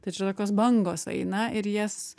tai čia tokios bangos eina ir jas